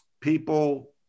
people